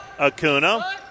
Acuna